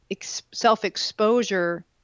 self-exposure